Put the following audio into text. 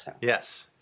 Yes